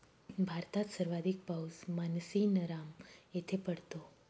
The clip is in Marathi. भारतात सर्वाधिक पाऊस मानसीनराम येथे पडतो